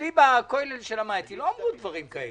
לא אמרו דברים שכאלו